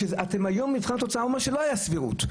היום במבחן התוצאה הוא אומר שלא היה סבירות,